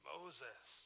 Moses